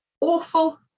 awful